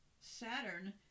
Saturn